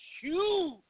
huge